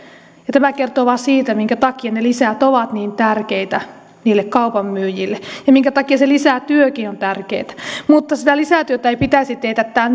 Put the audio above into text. ja tämä kertoo vain siitä minkä takia ne lisät ovat niin tärkeitä niille kaupan myyjille ja minkä takia se lisätyökin on tärkeätä mutta sitä lisätyötä ei pitäisi teetättää